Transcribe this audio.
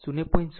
12 છે